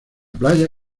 playa